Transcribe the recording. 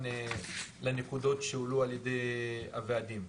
ביחס לנקודות שהועלו על ידי הוועדים.